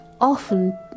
often